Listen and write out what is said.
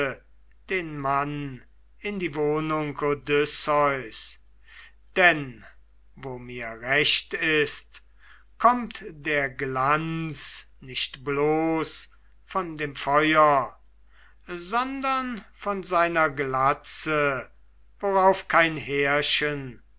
den mann in die wohnung odysseus denn wo mir recht ist kommt der glanz nicht bloß von dem feuer sondern von seiner glatze worauf kein härchen